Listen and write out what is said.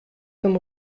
vom